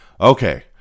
Okay